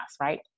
right